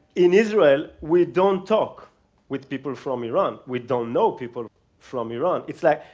in israel we don't talk with people from iran. we don't know people from iran. it's like,